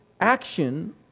action